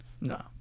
No